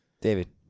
David